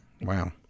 Wow